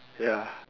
ya